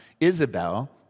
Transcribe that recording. Isabel